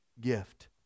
gift